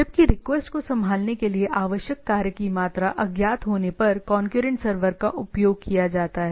जबकि रिक्वेस्ट को संभालने के लिए आवश्यक कार्य की मात्रा अज्ञात होने पर कौनक्यूरेंट सर्वर का उपयोग किया जाता है